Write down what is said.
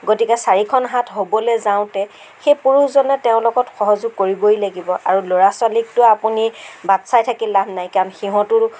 গতিকে চাৰিখন হাত হ'বলে যাওঁতে সেই পুৰুষজনে তেওঁৰ লগত সহযোগ কৰিবই লাগিব আৰু ল'ৰা ছোৱালীকটো আপুনি বাট চাই থাকি লাভ নাই কাৰণ সিহঁতো